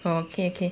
oh okay okay